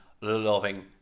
Loving